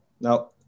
Now